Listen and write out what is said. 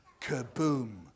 Kaboom